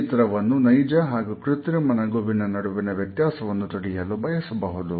ಈ ಚಿತ್ರವನ್ನು ನೈಜ ಹಾಗೂ ಕೃತ್ರಿಮ ನಗುವಿನ ನಡುವಿನ ವ್ಯತ್ಯಾಸವನ್ನು ತಿಳಿಯಲು ಬಳಸಬಹುದು